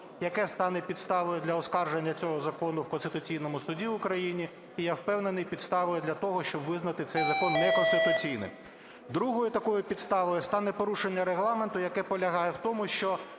яке стане підставою для оскарження цього закону в Конституційному Суді України, і я впевнений, підставою для того, щоб визнати цей закон неконституційним. Другою такою підставою стане порушення Регламенту, яке полягає в тому, що